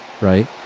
right